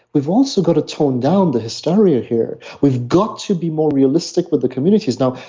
we've also got to tone down the hysteria here. we've got to be more realistic with the communities now.